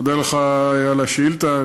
אני מודה לך על השאילתה.